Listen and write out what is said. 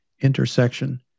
Intersection